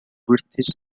british